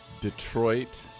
Detroit